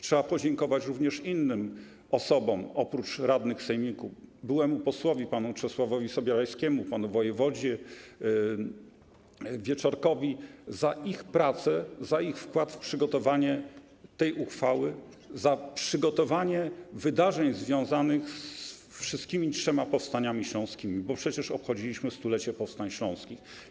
Trzeba podziękować również innym osobom oprócz radnych sejmiku - byłemu posłowi panu Czesławowi Sobierajskiemu, panu wojewodzie Wieczorkowi za ich pracę, za ich wkład w przygotowanie tej uchwały, za przygotowanie wydarzeń związanych ze wszystkimi trzema powstaniami śląskimi, bo przecież obchodziliśmy stulecie powstań śląskich.